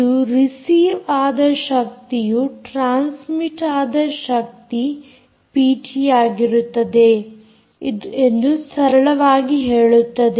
ಇದು ರಿಸೀವ್ ಆದ ಶಕ್ತಿಯು ಟ್ರಾನ್ಸ್ಮಿಟ್ ಆದ ಶಕ್ತಿ ಪಿಟಿ ಯಾಗಿರುತ್ತದೆ ಎಂದು ಸರಳವಾಗಿ ಹೇಳುತ್ತದೆ